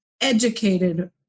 educated